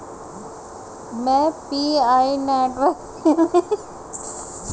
मैं Pi network में KYC कैसे प्राप्त करूँ?